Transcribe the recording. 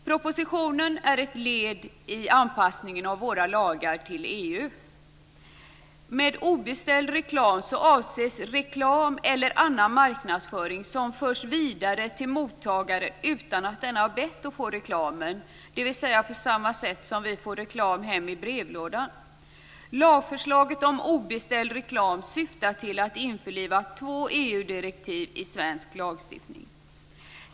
Propositionen är ett led i anpassningen av våra lagar till EU. Med obeställd reklam avses reklam eller annan marknadsföring som förs vidare till mottagaren utan att denne bett att få reklamen, dvs. på samma sätt som vi får reklam hem i brevlådan. Lagförslaget om obeställd reklam syftar till att införliva två EU-direktiv i svensk lagstiftning.